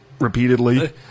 repeatedly